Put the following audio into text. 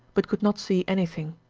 but could not see anything.